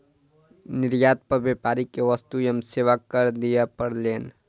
निर्यात पर व्यापारी के वस्तु एवं सेवा कर दिअ पड़लैन